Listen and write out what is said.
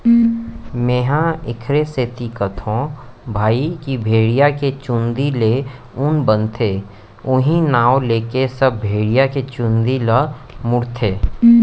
मेंहा एखरे सेती कथौं भई की भेड़िया के चुंदी ले ऊन बनथे उहीं नांव लेके सब भेड़िया के चुंदी ल मुड़थे